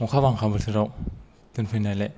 अखा बांखा बोथोराव दोनफैनायनि थाखाय